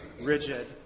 rigid